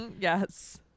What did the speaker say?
Yes